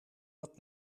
wat